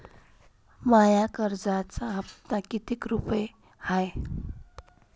माया कर्जाचा हप्ता कितीक रुपये हाय?